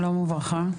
שלום וברכה.